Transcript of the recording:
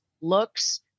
looks